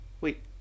Wait